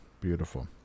Beautiful